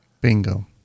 Bingo